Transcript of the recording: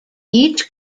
each